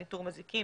ניטור מזיקים,